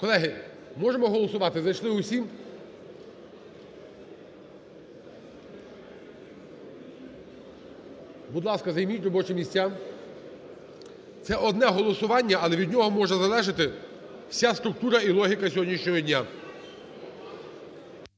Колеги, можемо голосувати, зайшли всі? Будь ласка, займіть робочі місця. Це одне голосування, але від нього може залежати вся структура і логіка сьогоднішнього дня.